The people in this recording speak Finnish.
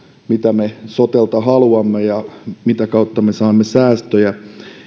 mitä me sotelta haluamme ja mitä kautta me saamme säästöjä